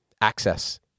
access